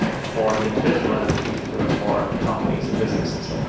for the individual and applications that are for companies and businesses.